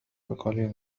بقليل